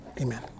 Amen